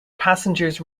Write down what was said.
passengers